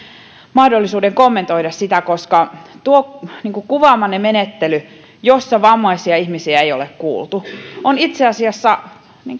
mahdollisuuden kommentoida sitä koska tuo kuvaamanne menettely jossa vammaisia ihmisiä ei ole kuultu on itse asiassa